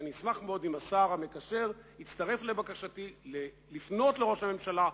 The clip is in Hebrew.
ואני אשמח אם השר המקשר יצטרף לבקשתי לפנות לראש הממשלה,